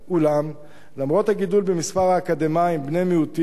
ואולם, למרות הגידול במספר האקדמאים בני-המיעוטים,